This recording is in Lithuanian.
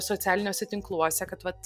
socialiniuose tinkluose kad vat